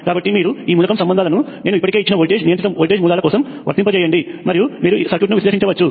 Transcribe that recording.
కాబట్టి మీరు ఈ మూలకం సంబంధాలను నేను ఇప్పటికే ఇచ్చిన వోల్టేజ్ నియంత్రిత వోల్టేజ్ మూలాల కోసం వర్తింపజేయండి మరియు మీరు సర్క్యూట్ను విశ్లేషించవచ్చు